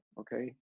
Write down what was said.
okay